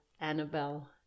Annabelle